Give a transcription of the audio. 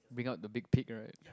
bring out the big pig right